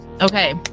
okay